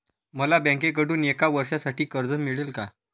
मला बँकेकडून एका वर्षासाठी कर्ज मिळेल का?